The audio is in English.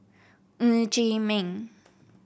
Ng Chee Meng